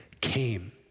came